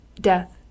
Death